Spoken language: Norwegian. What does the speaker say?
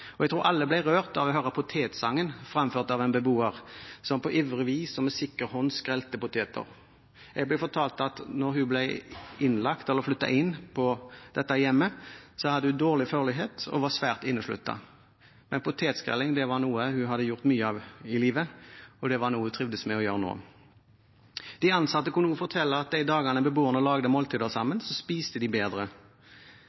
Jeg tror alle ble rørt av å høre potetsangen fremført av en beboer som på ivrig vis og med sikker hånd skrelte poteter. Jeg ble fortalt at da hun flyttet inn på dette hjemmet, hadde hun dårlig førlighet og var svært innesluttet. Men potetskrelling var noe hun hadde gjort mye av i livet, og det var noe hun trivdes med å gjøre. De ansatte kunne også fortelle at de dagene beboerne laget mat sammen, spiste de bedre.